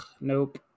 Nope